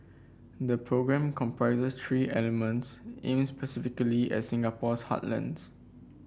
the programme comprises three elements aimed specifically at Singapore's heartlands